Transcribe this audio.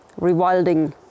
rewilding